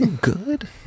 Good